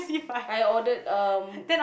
I ordered um